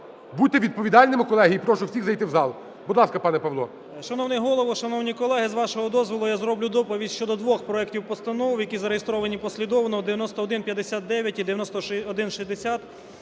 Будьте відповідальними, колеги, і прошу всіх зайти в зал. Будь ласка, пане Павло. 17:07:45 ПИНЗЕНИК П.В. Шановний Голово! Шановні колеги! З вашого дозволу, я зроблю доповідь щодо двох проектів постанов, які зареєстровані послідовно у 9159 і 9160.